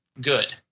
good